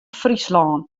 fryslân